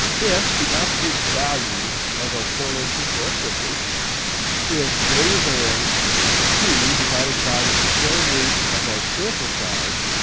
if the absolute value of our correlation coefficient is greater than two divided by the square root of our sample size,